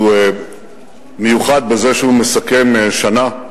שהוא מיוחד בזה שהוא מסכם שנה.